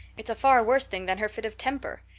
it's a far worse thing than her fit of temper.